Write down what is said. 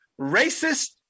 racist